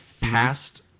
passed